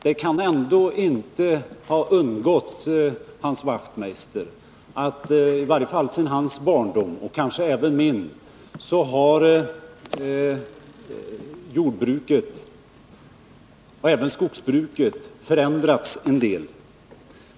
Det kan ändå inte ha undgått Hans Wachtmeister att i varje fall sedan hans barndom, och kanske också sedan min, har jordbruket och även skogsbruket förändrats en del.